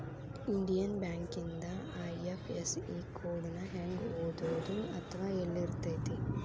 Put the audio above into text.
Indian ಬ್ಯಾಂಕಿಂದ IFSC code ನ ಹೆಂಗ ಓದೋದು ಅಥವಾ ಯೆಲ್ಲಿರ್ತೆತಿ?